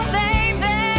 baby